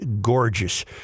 gorgeous